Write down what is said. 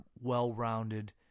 well-rounded